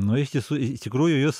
nu iš tiesų iš tikrųjų jūs